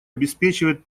обеспечивает